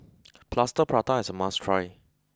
Plaster Prata is a must try